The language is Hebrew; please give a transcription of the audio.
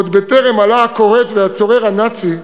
עוד בטרם עלה הכורת והצורר הנאצי,